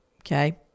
okay